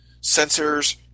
sensors